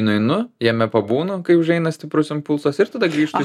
nueinu jame pabūnu kai užeina stiprus impulsas ir tada grįžtu